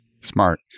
Smart